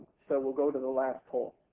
so weill go to the last poll.